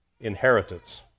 inheritance